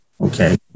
okay